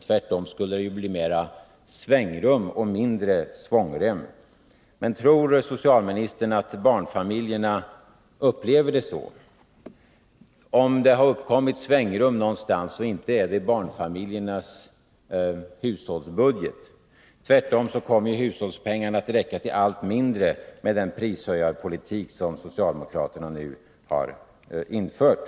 Tvärtom skulle det bli mera svängrum och mindre svångrem — men tror socialministern att barnfamiljerna upplever det så? Nr 14 Om det har uppkommit svängrum någonstans, inte är det i barnfamiljernas Torsdagen den hushållsbudget. Tvärtom kommer hushållspengarna att räcka till allt mindre 21 oktober 1982 med den prishöjarpolitik som socialdemokraterna nu infört.